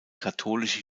katholische